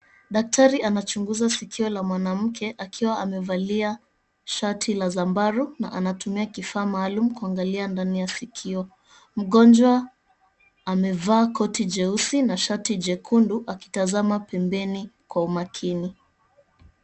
Daktari anachunguza sikio la mwanamke akiwa amevalia shati la zambarau na anatumia kifaa maalum kuangalia ndani ya sikio, mgonjwa amevaa koti jeusi na shati jekundu akitazama pembeni kwa umakini.